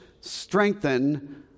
strengthen